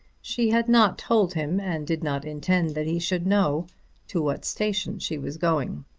she had not told him and did not intend that he should know to what station she was going.